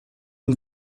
und